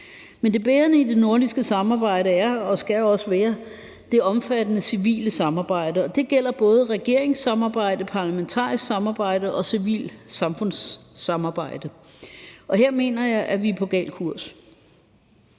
Men det bærende i det nordiske samarbejde er og skal også være det omfattende civile samarbejde, og det gælder både regeringssamarbejde, parlamentarisk samarbejde og civilt samfundssamarbejde, og her mener jeg vi er på gal kurs.